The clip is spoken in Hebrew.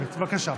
אם כך,